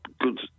good